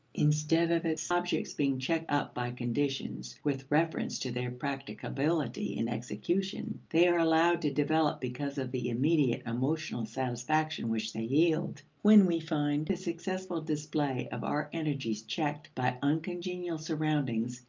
instead of its objects being checked up by conditions with reference to their practicability in execution, they are allowed to develop because of the immediate emotional satisfaction which they yield. when we find the successful display of our energies checked by uncongenial surroundings,